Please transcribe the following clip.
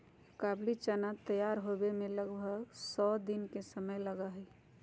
काबुली चना तैयार होवे में लगभग सौ दिन के समय लगा हई